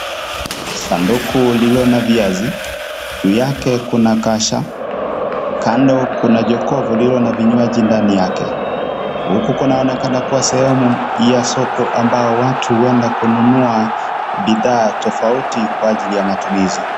Sanduku lilo na viazi. Juu yake kuna kasha. Kando kuna jokovu lilo na kinywaji ndani yake. Huku kunaonekana kuwa sehemu ya soko ambao watu huenda kununua bidhaa tofauti kwa ajili ya matumizi.